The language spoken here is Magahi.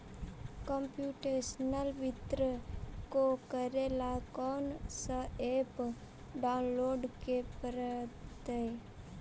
कंप्युटेशनल वित्त को करे ला कौन स ऐप डाउनलोड के परतई